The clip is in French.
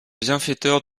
bienfaiteur